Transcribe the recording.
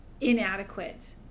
inadequate